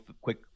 quick